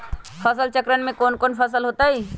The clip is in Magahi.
फसल चक्रण में कौन कौन फसल हो ताई?